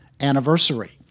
anniversary